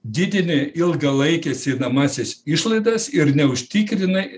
didini ilgalaikes einamąsias išlaidas ir neužtikrinai